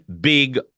big